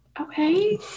okay